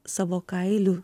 savo kailiu